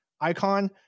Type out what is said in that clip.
icon